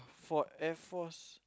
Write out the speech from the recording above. for Air Force